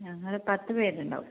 ഞങ്ങൾ പത്ത് പേരുണ്ടാവും